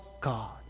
God